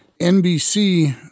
NBC